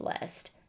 list